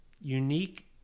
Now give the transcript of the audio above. unique